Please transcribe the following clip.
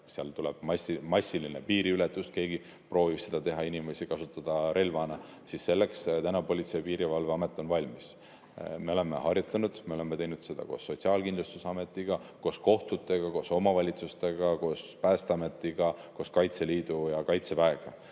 ei tea, massilistest piiriületustest, keegi proovib seda teha, inimesi kasutada relvana, siis selleks on täna Politsei- ja Piirivalveamet valmis. Me oleme harjutanud. Me oleme harjutanud koos Sotsiaalkindlustusametiga, koos kohtutega, koos omavalitsustega, koos Päästeametiga, koos Kaitseliidu ja Kaitseväega